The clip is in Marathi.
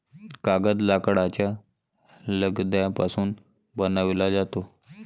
कागद लाकडाच्या लगद्यापासून बनविला जातो